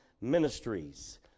ministries